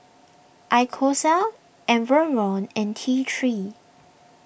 Isocal Enervon and T three